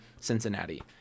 Cincinnati